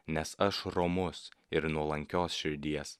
nes aš romus ir nuolankios širdies